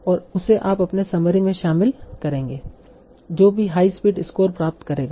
और उसे आप अपने समरी में शामिल करेंगे जो भी हाईएस्ट स्कोर प्राप्त करेगा